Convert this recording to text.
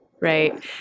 Right